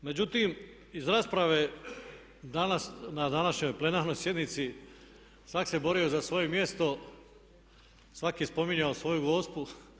Međutim, iz rasprave danas, na današnjoj plenarnoj sjednici svak' se borio za svoje mjesto, svak' je spominjao svoju gospu.